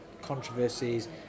controversies